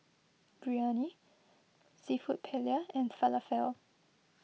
Biryani Seafood Paella and Falafel